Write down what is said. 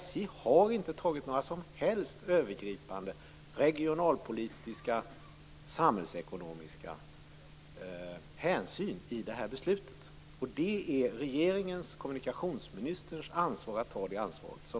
SJ har inte tagit några som helst övergripande regionalpolitiska eller samhällsekonomiska hänsyn i det här beslutet. Det är regeringen och kommunikationsministern som har att ta det ansvaret.